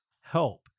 help